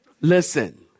listen